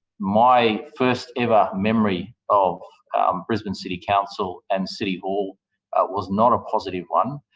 my first ever memory of brisbane city council and city hall was not a positive one.